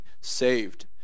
saved